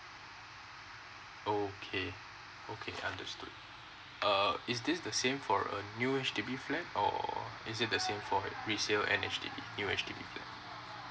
okay okay understood err is this the same for a new H_D_B flat or is it the same for resale and H_D_B new H_D_B flat